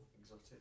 exotic